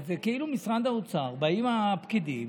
זה כאילו באים הפקידים